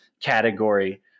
category